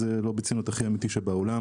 זה לא בציניות אלא הכי אמיתי שבעולם.